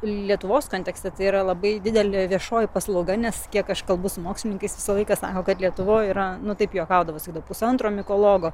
lietuvos kontekste tai yra labai didelė viešoji paslauga nes kiek aš kalbu su mokslininkais visą laiką sako kad lietuvoje yra ne taip juokaudavo sakydavo pusantro mitologo